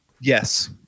yes